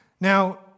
Now